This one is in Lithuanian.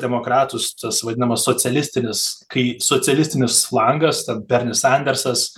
demokratus tas vadinamas socialistinis kai socialistinis langas ten bernis sandersas